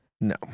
No